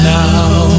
now